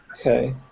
Okay